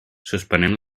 suspenem